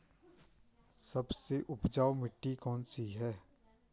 सबसे उपजाऊ मिट्टी कौन सी है?